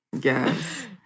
Yes